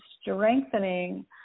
strengthening